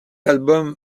album